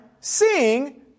seeing